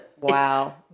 wow